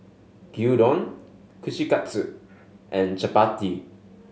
Gyudon Kushikatsu and Chapati